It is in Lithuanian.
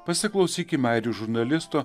pasiklausykime airių žurnalisto